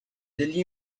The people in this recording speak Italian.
degli